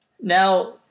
Now